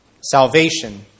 Salvation